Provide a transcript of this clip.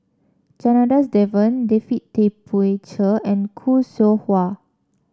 Janadas Devan David Tay Poey Cher and Khoo Seow Hwa